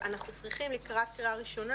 אנחנו צריכים לקראת קריאה ראשונה,